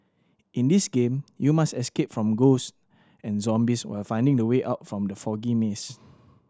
in this game you must escape from ghost and zombies while finding the way out from the foggy maze